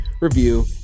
review